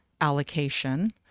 allocation